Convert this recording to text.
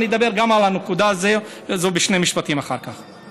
אני אדבר גם על הנקודה הזאת בשני משפטים אחר כך.